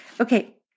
Okay